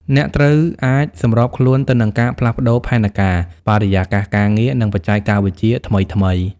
អ្នកត្រូវអាចសម្របខ្លួនទៅនឹងការផ្លាស់ប្តូរផែនការ បរិយាកាសការងារ និងបច្ចេកវិទ្យាថ្មីៗ។